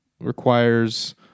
requires